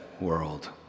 world